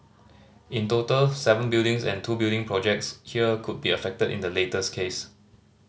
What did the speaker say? in total seven buildings and two building projects here could be affected in the latest case